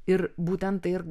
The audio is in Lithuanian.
ir būtent tai ir